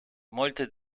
molte